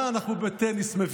מה אנחנו מבינים בטניס?